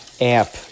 app